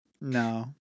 No